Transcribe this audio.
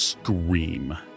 scream